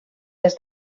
des